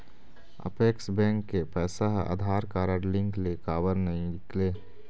Apex bank के पैसा हा आधार कारड लिंक ले काबर नहीं निकले?